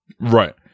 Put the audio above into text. right